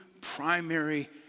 primary